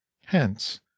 Hence